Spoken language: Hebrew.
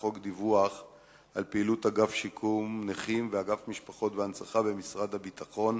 חוק דיווח על פעילות אגף שיקום נכים ואגף משפחות והנצחה במשרד הביטחון